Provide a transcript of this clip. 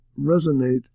resonate